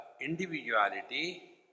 individuality